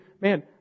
man